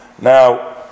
Now